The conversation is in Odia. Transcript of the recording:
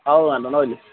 ହଉ ମ୍ୟାଡ଼ାମ୍ ରହିଲି